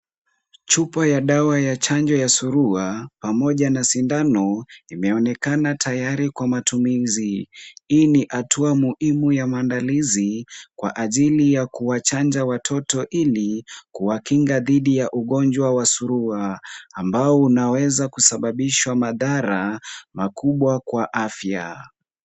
Chupa ya dawa ya chanjo ya Surua pamoja na sindano, imeonekana tayari kwa matumizi. Hii ni hatua muhimu ya maandalizi kwa ajili ya kuwachanja watoto ili kuwakinga dhidi ya ugonjwa wa Surua ambao unaweza kusababisha madhara makubwa kwa afya.